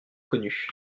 connus